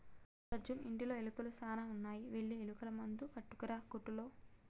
సూడు అర్జున్ ఇంటిలో ఎలుకలు సాన ఉన్నాయి వెళ్లి ఎలుకల మందు పట్టుకురా కోట్టులో